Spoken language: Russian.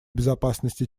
безопасности